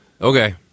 Okay